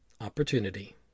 opportunity